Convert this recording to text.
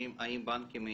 הולכים.